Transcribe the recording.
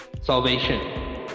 Salvation